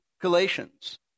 Galatians